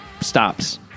stops